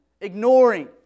ignoring